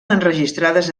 enregistrades